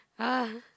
ah